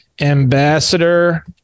ambassador